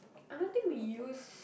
I don't think we use